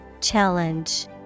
Challenge